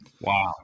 Wow